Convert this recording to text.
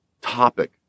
topic